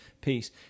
peace